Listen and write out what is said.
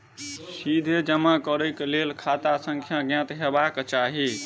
सीधे जमा करैक लेल खाता संख्या ज्ञात हेबाक चाही